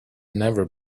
never